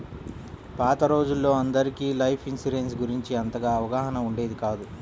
పాత రోజుల్లో అందరికీ లైఫ్ ఇన్సూరెన్స్ గురించి అంతగా అవగాహన ఉండేది కాదు